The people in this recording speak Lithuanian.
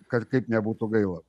kad kaip nebūtų gaila